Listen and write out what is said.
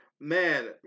man